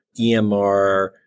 EMR